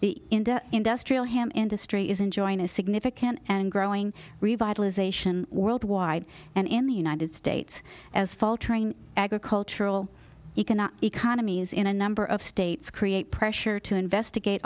the industrial ham industry is enjoying a significant and growing revitalization worldwide and in the united states as faltering agricultural economic economies in a number of states create pressure to investigate